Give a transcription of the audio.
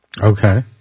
Okay